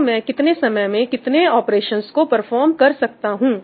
तो मैं कितने समय में कितने ऑपरेशंस को परफॉर्म कर सकता हूं